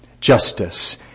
justice